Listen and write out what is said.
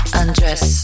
undress